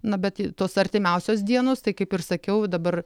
na bet tos artimiausios dienos tai kaip ir sakiau dabar